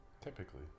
Typically